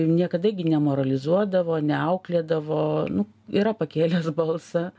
niekada gi nemoralizuodavo neauklėdavo nu yra pakėlęs balsą